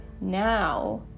now